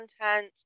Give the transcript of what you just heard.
content